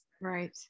right